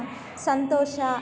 ಸಂತೋಷ